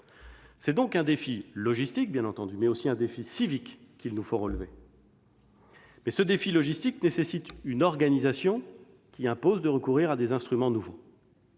s'agit donc d'un défi logistique, bien entendu, mais aussi d'un défi civique qu'il nous faut relever. Ce défi logistique nécessite une organisation qui impose de recourir à des instruments nouveaux.